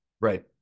Right